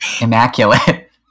Immaculate